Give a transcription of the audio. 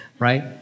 right